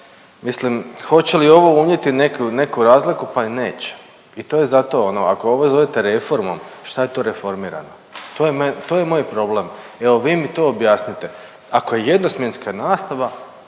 mislim hoće li ovo unijeti neku, neku razliku? Pa i neće i to je zato ono, ako ovo zovete reformom, šta je to reformirano? To je me…, to je moj problem. Evo vi mi to objasnite, ako je jednosmjenska nastava